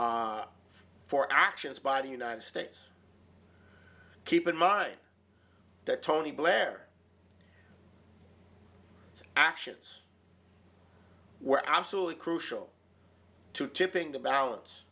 for actions by the united states keep in mind that tony blair actions were absolutely crucial to tipping the balance